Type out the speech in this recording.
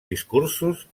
discursos